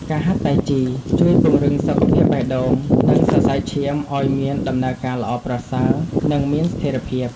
ការហាត់តៃជីជួយពង្រឹងសុខភាពបេះដូង និងសរសៃឈាមឱ្យមានដំណើរការល្អប្រសើរ និងមានស្ថិរភាព។